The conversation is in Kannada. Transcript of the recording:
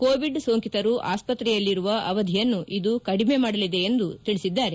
ಕೋವಿಡ್ ಸೋಂಕಿತರು ಆಸ್ಪತ್ರೆಯಲ್ಲಿರುವ ಅವಧಿಯನ್ನು ಇದು ಕಡಿಮೆ ಮಾಡಲಿದೆ ಎಂದು ಅವರು ತಿಳಿಸಿದ್ದಾರೆ